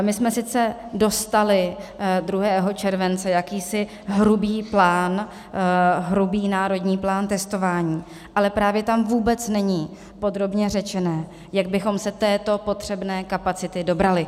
My jsme sice dostali 2. července jakýsi hrubý plán, hrubý národní plán testování, ale právě tam vůbec není podrobně řečeno, jak bychom se této potřebné kapacity dobrali.